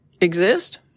exist